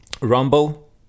Rumble